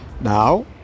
Now